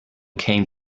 came